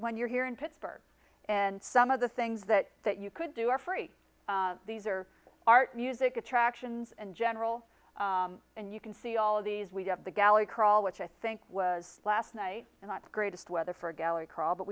when you're here in pittsburgh and some of the things that that you could do are free these are our music attractions in general and you can see all of these we have the gallery crawl which i think was last night and not the greatest weather for a gallery crawl but